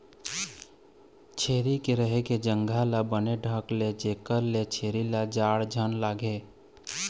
छेरी के रहें के जघा ल बने ढांक दे जेखर ले छेरी ल जाड़ झन लागय